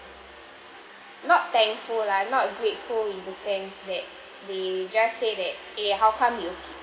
not thankful lah not grateful in the sense that they just say that eh how come you